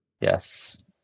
yes